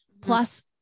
Plus